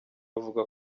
avuga